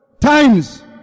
times